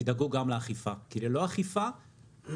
תדאגו גם לאכיפה כי ללא איכפה פגיעה